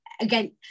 Again